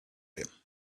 him